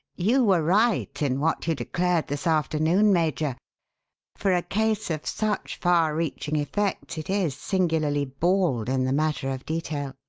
you were right in what you declared this afternoon, major for a case of such far-reaching effects it is singularly bald in the matter of detail.